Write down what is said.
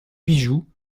bijoux